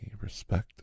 respect